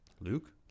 Luke